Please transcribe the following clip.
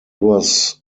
was